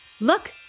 look